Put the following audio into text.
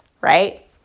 right